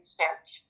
search